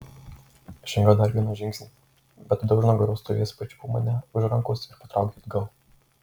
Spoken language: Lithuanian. žengiau dar vieną žingsnį bet tada už nugaros stovėjęs pačiupo mane už rankos ir patraukė atgal